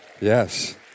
Yes